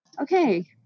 Okay